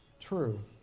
true